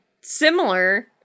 similar